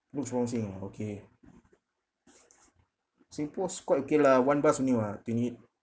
looks promising ah okay singpost quite okay lah one bus only [what] twenty-eight